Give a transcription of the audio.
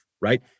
right